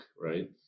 right